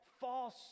false